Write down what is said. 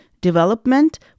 development